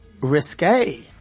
risque